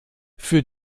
für